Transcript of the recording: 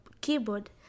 keyboard